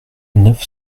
neuf